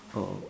oh